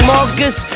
Marcus